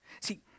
See